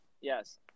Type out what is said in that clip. yes